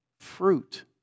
fruit